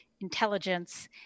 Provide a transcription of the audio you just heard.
intelligence